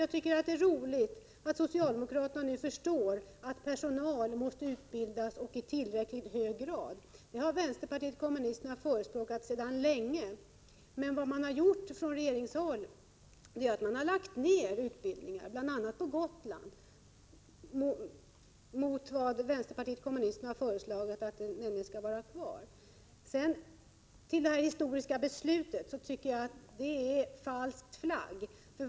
Jag tycker att det är positivt att socialdemokraterna nu förstår att personal måste utbildas i tillräckligt hög grad. Det har vänsterpartiet kommunisterna sedan länge förespråkat, men regeringen har i stället lagt ned utbildningar. Så har skett bl.a. på Gotland, medan vänsterpartiet kommunisterna velat ha utbildningen kvar. Det ”historiska beslutet” tycker jag genomförs under falsk flagg.